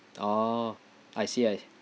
oh I see I